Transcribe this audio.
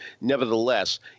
nevertheless